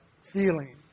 feeling